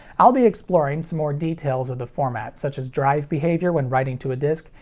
i'll be exploring some more details of the format, such as drive behavior when writing to a disc,